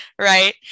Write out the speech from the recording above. Right